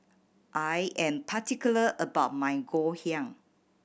I am particular about my Ngoh Hiang